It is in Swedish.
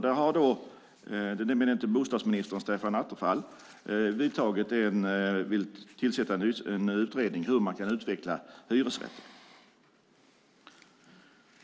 Den eminenta bostadsministern Stefan Attefall vill tillsätta en utredning om hur man kan utveckla hyresrätten.